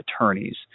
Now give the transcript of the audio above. attorneys